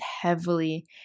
heavily